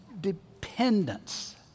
dependence